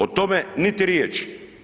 O tome niti riječi.